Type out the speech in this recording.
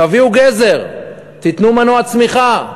תביאו גזר, תנו מנוע צמיחה,